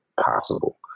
possible